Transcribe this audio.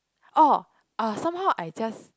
oh uh somehow I just